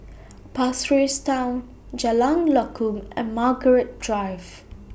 Pasir Ris Town Jalan Lakum and Margaret Drive